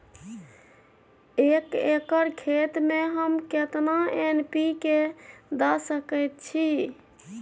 एक एकर खेत में हम केतना एन.पी.के द सकेत छी?